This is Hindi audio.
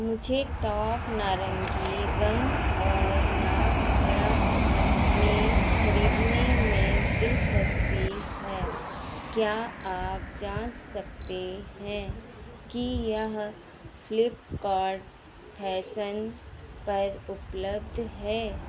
मुझे टॉप नारंगी रंग और नाप बड़ा में खरीदने में दिलचस्पी है क्या आप जाँच सकते हैं कि यह फ्लिपकार्ट फ़ैशन पर उपलब्ध है